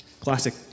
Classic